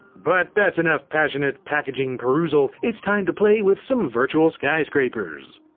but that's enough passionate packaging perusal, it's time to play with some virtual skyscrapers.